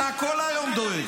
אתה כל היום דואג.